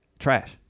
trash